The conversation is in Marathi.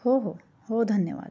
हो हो हो धन्यवाद